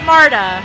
Marta